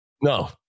No